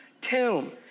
tomb